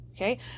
Okay